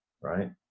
right